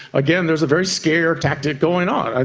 again, there is a very scare tactic going on. and